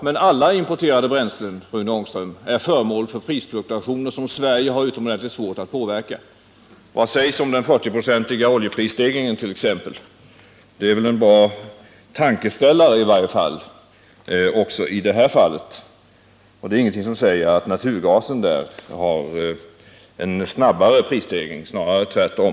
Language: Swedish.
Men alla importerade bränslen, Rune Ångström, är föremål för prisfluktuationer som Sverige har utomordentligt svårt att påverka. Vad sägs t.ex. om den 40-procentiga oljeprisstegringen? Det är väl i varje fall en bra tankeställare också i det här fallet. Det är ingenting som säger att prisstegringen på naturgas blir snabbare, snarare tvärtom.